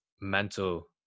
mental